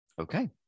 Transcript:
Okay